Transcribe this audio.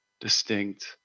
distinct